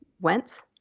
went